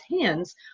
hands